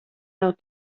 nav